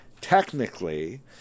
technically